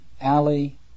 alley